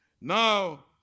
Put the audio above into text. Now